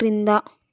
క్రింద